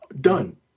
Done